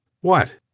What